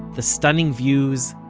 the stunning views,